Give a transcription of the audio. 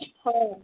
ꯍꯣꯏ